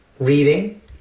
reading